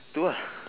two lah